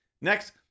next